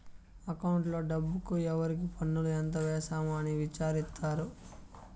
అకౌంట్లో డబ్బుకు ఎవరికి పన్నులు ఎంత వేసాము అని విచారిత్తారు